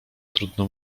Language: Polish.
trudno